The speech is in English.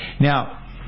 Now